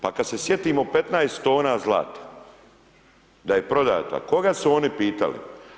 Pa kad se sjetimo 15 tona zlata da je prodata, koga su oni pitali?